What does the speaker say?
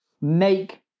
make